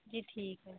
ਜੀ ਠੀਕ ਆ ਜੀ